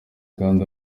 kandi